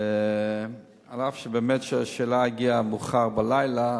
אף שבאמת השאלה הגיעה מאוחר בלילה,